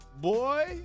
Boy